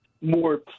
more